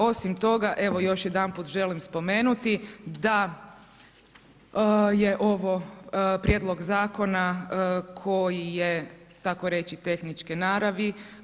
Osim toga, evo još jedanput želim spomenuti da je ovo prijedlog zakona koji je tako reći tehničke naravi.